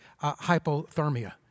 hypothermia